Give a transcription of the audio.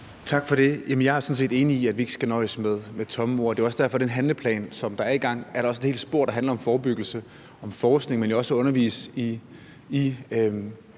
Tak for det. Jeg er sådan set enig i, at vi ikke skal nøjes med tomme ord. Det er også derfor, at der i den handlingsplan, der er sat i gang, også er et helt spor, der handler om forebyggelse og om forskning, men jo også om, hvordan